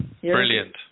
Brilliant